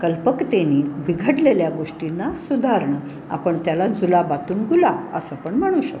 कल्पकतेनी बिघडलेल्या गोष्टींना सुधारणं आपण त्याला जुलाबातून गुलाब असंपण म्हणू शकतो